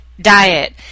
diet